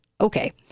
Okay